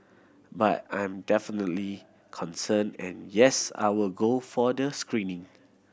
but I'm definitely concerned and yes I will go for the screening